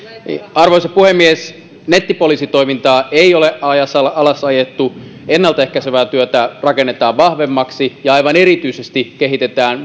arvoisa puhemies nettipoliisitoimintaa ei ole alasajettu ennaltaehkäisevää työtä rakennetaan vahvemmaksi ja aivan erityisesti kehitetään